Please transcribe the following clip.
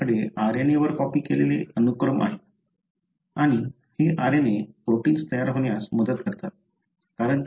तुमच्याकडे RNA वर copy केलेले अनुक्रम आहेत आणि हे RNA प्रोटिन्स तयार होण्यास मदत करतात